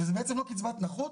וזה בעצם לא קצבת נכות,